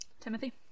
Timothy